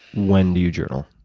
when do you journal?